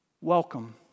Welcome